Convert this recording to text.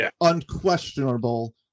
unquestionable